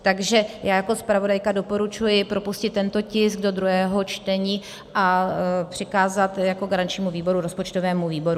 Takže já jako zpravodajka doporučuji propustit tento tisk do druhého čtení a přikázat jako garančnímu výboru rozpočtovému výboru.